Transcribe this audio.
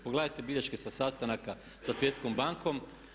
Pogledajte bilješke sa sastanaka sa Svjetskom bankom.